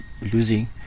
losing